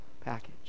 package